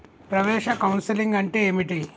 ప్రవేశ కౌన్సెలింగ్ అంటే ఏమిటి?